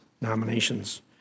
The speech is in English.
nominations